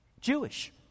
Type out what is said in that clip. jewish